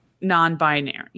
non-binary